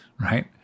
Right